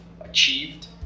achieved